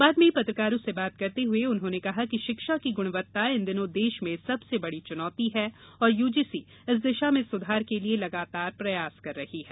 बाद में पत्रकारों से बात करते हुए उन्होंने कहा कि शिक्षा की गुणवत्ता इन दिनों देश में सबसे बड़ी चुनौति है और यूजीसी इस दिशा में सुधार के लिये लगातार प्रयास कर रही है